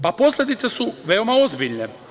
Posledice su veoma ozbiljne.